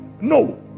No